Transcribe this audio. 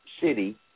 City